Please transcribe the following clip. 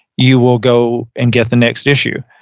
you will go and get the next issue.